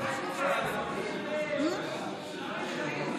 תודה רבה.